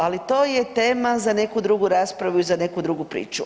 Ali to je tema za neku drugu raspravu i za neku drugu priču.